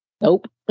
Nope